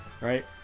right